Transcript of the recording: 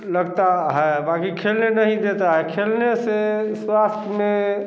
लगता है बाकि खेलने नहीं देता है खेलने से स्वास्थ्य में